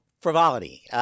frivolity –